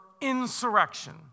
insurrection